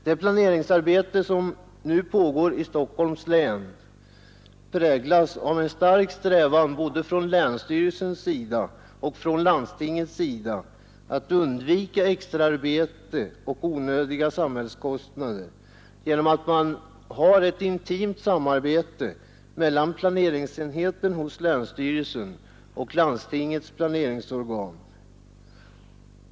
Det planeringsarbete som nu pågår i Stockholms län präglas av en stark strävan både hos länsstyrelsen och hos landstinget att undvika extra arbete och onödiga samhällskostnader, och därför har man ett intimt samarbete mellan planeringsenheten hos länsstyrelsen och landstingets planeringsorgan.